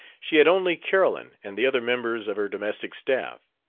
she had only carolyn and the other members of her domestic staff.